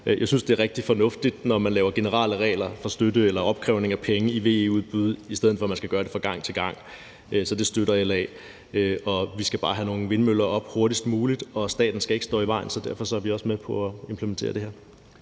Jeg synes, det er rigtig fornuftigt, at man laver generelle regler for støtte eller opkrævning af penge i forbindelse med VE-udbud, i stedet for at man skal gøre det fra gang til gang, så det støtter LA. Vi skal bare have nogle vindmøller op hurtigst muligt, og staten skal ikke stå i vejen for det, så derfor er vi også med på at implementere det her.